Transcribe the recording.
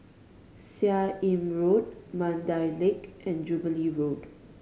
Seah Im Road Mandai Lake and Jubilee Road